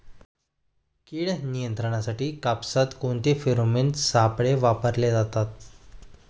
कीड नियंत्रणासाठी कापसात कोणते फेरोमोन सापळे वापरले जातात?